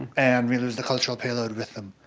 and we lose the cultural payload with them.